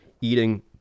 eating